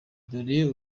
dore